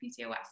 PCOS